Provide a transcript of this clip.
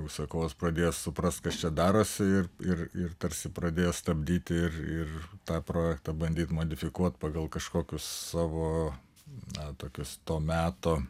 užsakovas pradėjo suprast kas čia darosi ir ir ir tarsi pradėjo stabdyti ir ir tą projektą bandyt modifikuot pagal kažkokius savo na tokius to meto